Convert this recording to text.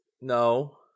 No